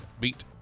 beat